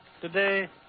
Today